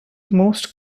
most